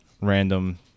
random